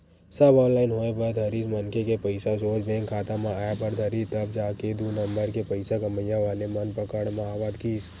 सब online होय बर धरिस मनखे के पइसा सोझ बेंक खाता म आय बर धरिस तब जाके दू नंबर के पइसा कमइया वाले मन पकड़ म आवत गिस